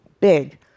big